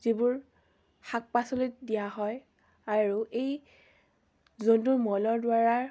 যিবোৰ শাক পাচলিত দিয়া হয় আৰু এই জন্তুৰ মলৰ দ্বাৰা